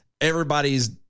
everybody's